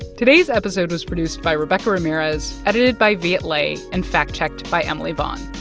today's episode was produced by rebecca ramirez, edited by viet le and fact-checked by emily vaughn.